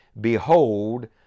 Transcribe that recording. Behold